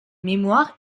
mémoires